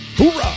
Hoorah